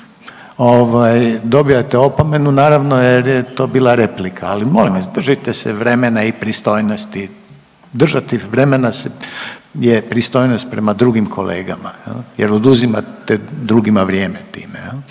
dobijate opomenu naravno jer je to bila replika, ali molim vas držite se vremena i pristojnosti. Držati vremena je pristojnost prema drugim kolegama jel jer oduzimate drugima vrijeme time